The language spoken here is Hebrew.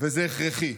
וזה הכרחי.